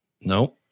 No